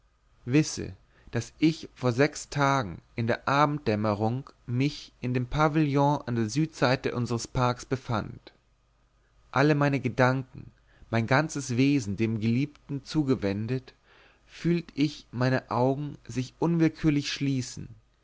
wisse daß ich vor sechs tagen in der abenddämmerung mich in dem pavillon an der südseite unseres parks befand alle meine gedanken mein ganzes wesen dem geliebten zugewendet fühlt ich meine augen sich unwillkürlich schließen